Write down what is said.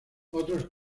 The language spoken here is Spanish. otros